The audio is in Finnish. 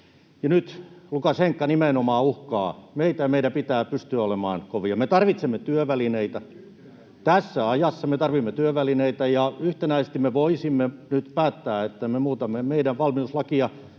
nyt Lukašenka nimenomaan uhkaa meitä, ja meidän pitää pystyä olemaan kovia. Me tarvitsemme työvälineitä. [Antti Lindtman: Yhtenäisyyttä!] Tässä ajassa me tarvitsemme työvälineitä, ja yhtenäisesti me voisimme nyt päättää, että me muutamme meidän valmiuslakiamme,